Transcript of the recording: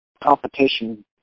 competition